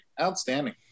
Outstanding